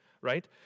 right